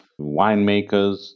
winemakers